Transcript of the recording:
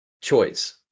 choice